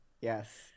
Yes